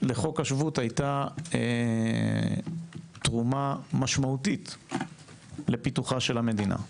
לחוק השבות הייתה תרומה משמעותית לפיתוחה של המדינה.